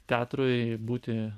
teatrui būti